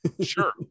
sure